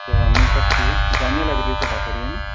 کیا مل سکتی ہے جامعہ لائبریری سے بات ہو رہی ہے نا